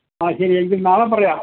ആ ശരി എങ്കിൽ നാളെ പറയാം